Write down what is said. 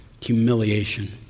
humiliation